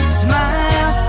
smile